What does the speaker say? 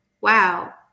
wow